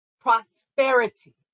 prosperity